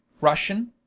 Russian